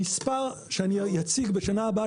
המספר שאני אציג בשנה הבאה,